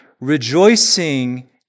rejoicing